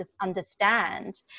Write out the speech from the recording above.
understand